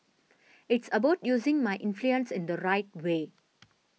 it's about using my influence in the right way